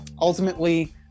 ultimately